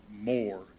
more